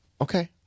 okay